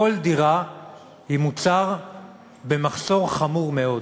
כל דירה היא מוצר במחסור חמור מאוד,